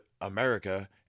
America